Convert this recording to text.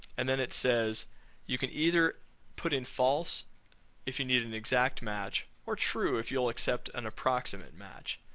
and then it says you can either put in false if you need an exact match or true if you'll accept an approximate match.